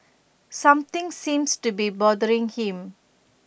something seems to be bothering him